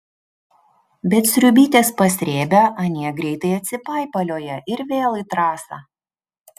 bet sriubytės pasrėbę anie greitai atsipaipalioja ir vėl į trasą